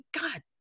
God